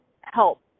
help